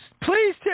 please